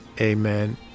Amen